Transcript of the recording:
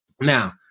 Now